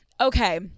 Okay